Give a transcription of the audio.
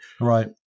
Right